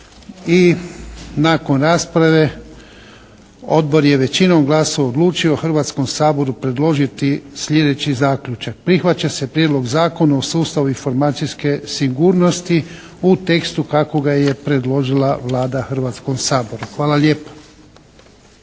I nakon rasprave Odbor je većinom glasova odlučio Hrvatskom saboru predložiti sljedeći zaključak. Prihvaća se Prijedlog zakona o sustavu informacijske sigurnosti u tekstu kako ga je predložio Vlada Hrvatskom saboru. Hvala lijepa.